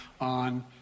on